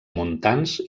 montans